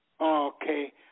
Okay